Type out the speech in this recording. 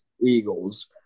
Eagles